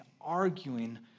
arguing